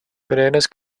bananas